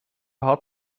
had